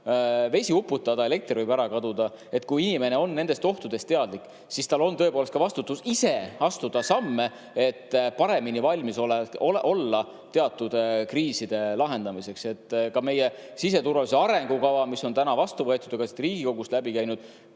vesi uputada, elekter võib ära kaduda. Kui inimene on nendest ohtudest teadlik, siis tal on tõepoolest ka vastutus ise astuda samme, et paremini valmis olla teatud kriiside lahendamiseks. Ka meie siseturvalisuse arengukavas, mis on vastu võetud ja ka siit Riigikogust läbi käinud,